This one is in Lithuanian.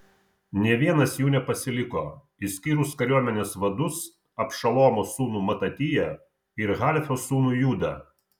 nė vienas jų nepasiliko išskyrus kariuomenės vadus abšalomo sūnų matatiją ir halfio sūnų judą